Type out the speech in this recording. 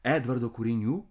edvardo kūrinių